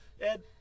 Ed